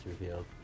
revealed